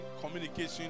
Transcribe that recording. communication